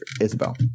Isabel